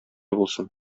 булсын